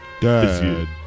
Dad